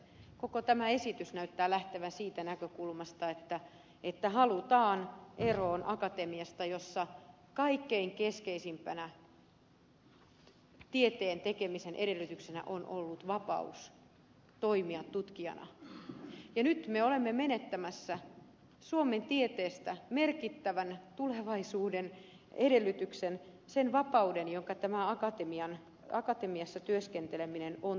koko tämä esitys näyttää lähtevän siitä näkökulmasta että halutaan eroon akatemiasta jossa kaikkein keskeisimpänä tieteen tekemisen edellytyksenä on ollut vapaus toimia tutkijana ja nyt me olemme menettämässä suomen tieteestä merkittävän tulevaisuuden edellytyksen sen vapauden jonka tämä akatemiassa työskenteleminen on tuonut